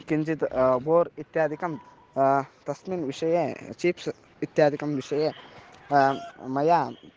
किञ्चित् बोर् इत्यादिकं तस्मिन् विषये चीप्स् इत्यादिकस्य विषये मया